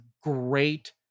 great